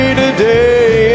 today